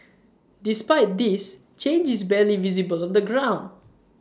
despite this change is barely visible on the ground